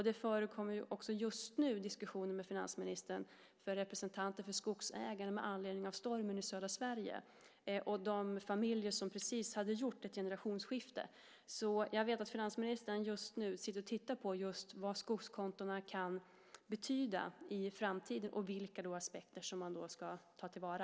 Det förekommer också just nu diskussioner mellan finansministern och representanter för skogsägarna med anledning av stormen i södra Sverige och de familjer som precis hade gjort ett generationsskifte. Jag vet att finansministern just nu tittar på vad just skogskontona kan betyda i framtiden och vilka aspekter som man då ska ta till vara.